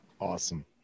Awesome